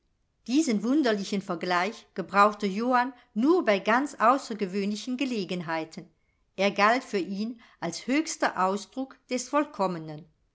diesen wunderlichen vergleich gebrauchte johann nur bei ganz außergewöhnlichen gelegenheiten er galt für ihn als höchster ausdruck des